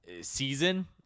season